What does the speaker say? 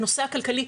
בנושא הכלכלי,